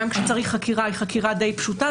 גם כשצריך חקירה היא חקירה די פשוטה,